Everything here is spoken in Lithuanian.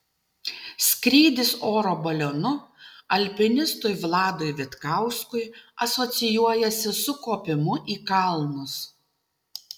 skrydis oro balionu alpinistui vladui vitkauskui asocijuojasi su kopimu į kalnus